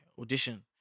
audition